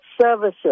services